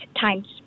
times